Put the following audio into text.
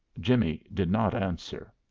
jimmie did not answer.